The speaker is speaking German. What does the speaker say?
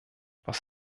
was